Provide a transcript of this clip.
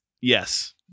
Yes